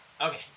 Okay